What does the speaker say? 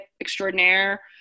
extraordinaire